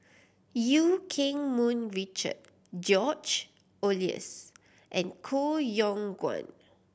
Eu Keng Mun Richard George Oehlers and Koh Yong Guan